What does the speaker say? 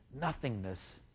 nothingness